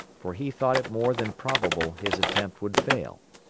for he thought it more than probable his attempt would fail.